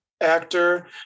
actor